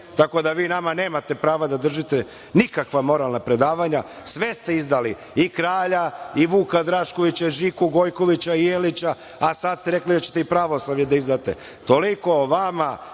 Tako da vi nama nemate prava da držite nikakva moralna predavanja. Sve ste izdali, i kralja i Vuka Draškovića i Žiku Gojkovića i Jelića, a sad ste rekli da ćete i pravoslavlje da izdate. Toliko o vama